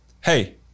hey